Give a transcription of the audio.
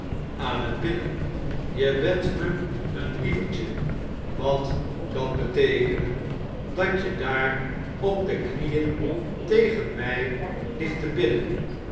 aan t bidden je bent me een lievertje wat moet dat beteekenen dat je daar op de knieen tegen mjj ligt te bidden